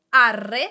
arre